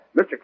Mr